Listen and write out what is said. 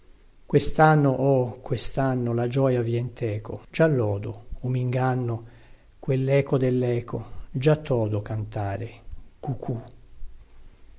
questanno oh questanno la gioia vien teco già lodo o minganno quelleco delleco già todo cantare cu